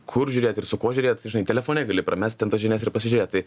kur žiūrėt ir su kuo žiūrėt telefone gali pramest ten tas žinias ir pasižiūrėt tai